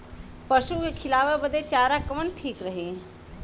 पशु के खिलावे बदे चारा कवन ठीक रही?